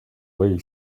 lay